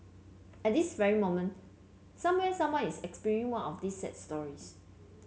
at this very moment somewhere someone is experiencing one of these sad stories